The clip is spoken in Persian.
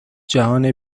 جهان